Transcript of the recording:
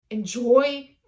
enjoy